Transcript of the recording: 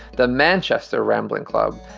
the manchester rambling club,